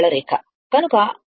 కనుక ఇది వాలు 5 T4 tdt